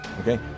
Okay